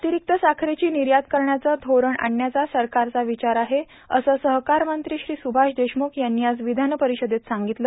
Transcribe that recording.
अतिरिक्त साखरेची निर्यात करण्याचं धोरण आणण्याचा सरकारचा विचार आहे असं सहकार मंत्री श्री सुभाष देशमुख यांनी आज विधान परिषदेत सांगितलं